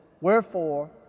wherefore